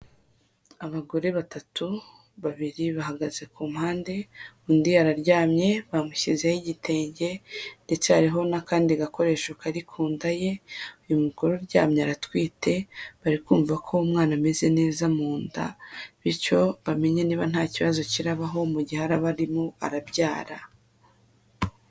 Abagore batatu, babiri bahagaze ku mpande, undi araryamye, bamushyizeho igitenge ndetse hariho n'akandi gakoresho kari ku nda ye, uyu mugore uryamye aratwite, bari kumva ko umwana ameze neza mu nda bityo bamenye niba nta kibazo kirabaho mu gihe araba arimo arabyara.